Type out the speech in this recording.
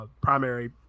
primary